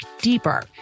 deeper